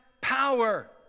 power